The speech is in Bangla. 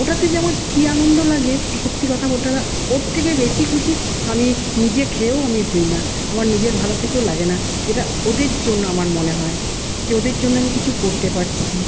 ওটাতে যে আমার কি আনন্দ লাগে সত্যি কথা ওটা ওর থেকে বেশি খুশি আমি নিজে খেয়েও আমি হই না আমার নিজের ভালো থেকেও লাগে না যেটা ওদের জন্য আমার মনে হয় যে ওদের জন্য আমি কিছু করতে পারছি